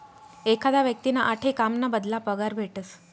एखादा व्यक्तींना आठे काम ना बदला पगार भेटस